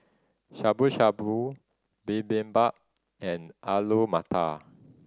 Shabu Shabu Bibimbap and Alu Matar